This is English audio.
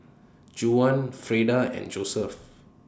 Juwan Frieda and Joesph